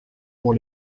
pour